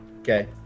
Okay